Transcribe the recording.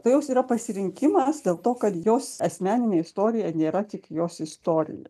tai jos yra pasirinkimas dėl to kad jos asmeninė istorija nėra tik jos istorija